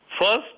First